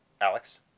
Alex